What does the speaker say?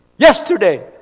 Yesterday